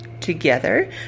together